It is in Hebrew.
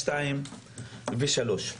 2 ו-3?